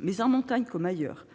Mais, en montagne comme ailleurs,